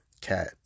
cat